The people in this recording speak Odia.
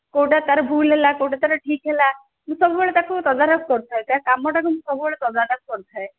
କେଉଁଟା ତା'ର ଭୁଲ୍ ହେଲା କେଉଁଟା ତା'ର ଠିକ୍ ହେଲା ମୁଁ ସବୁବେଳେ ତାକୁ ତଦାରଖ କରୁଥାଏ ତା କାମଟାକୁ ମୁଁ ସବୁବେଳେ ତଦାରଖ କରୁଥାଏ